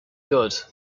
good